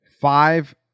Five